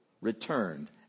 returned